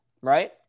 right